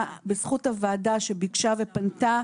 שביקשה ופנתה,